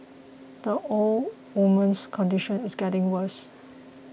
the old woman's condition is getting worse